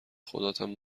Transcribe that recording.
خداتم